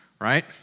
right